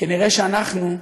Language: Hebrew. כנראה אנחנו,